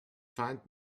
find